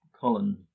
Colin